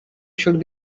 should